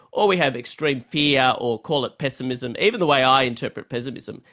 or we have extreme fear, or call it pessimism. even the way i interpret pessimism,